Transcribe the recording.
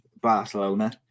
Barcelona